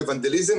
בוונדליזם,